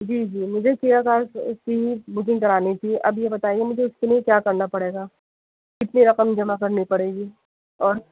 جی جی مجھے کیا کار بکنگ کرانی تھی اب یہ بتائیں گے مجھے اس کے لیے کیا کرنا پڑے گا کتنی رقم جمع کرنی پڑے گی اور